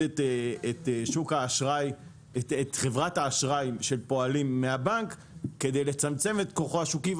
את חברת האשראי של פועלים מהבנק כדי לצמצם את כוחו השוקי,